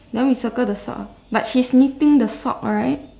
then we circle the sock ah but she's knitting the sock right